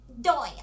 Doyle